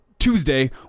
Tuesday